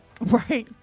Right